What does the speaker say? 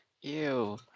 ew